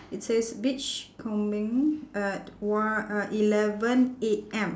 it says beach combing uh on~ uh eleven A_M